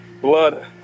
blood